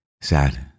sad